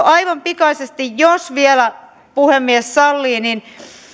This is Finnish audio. aivan pikaisesti jos vielä puhemies sallii